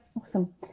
awesome